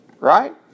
Right